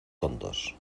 tontos